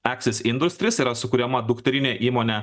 axis industries yra sukuriama dukterinė įmonė